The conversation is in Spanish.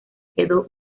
quedó